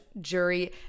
jury